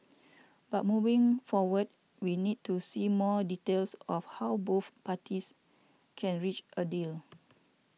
but moving forward we need to see more details of how both parties can reach a deal